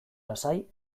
lasai